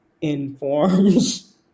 informs